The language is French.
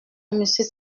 monsieur